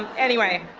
anyway,